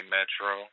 Metro